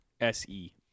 S-E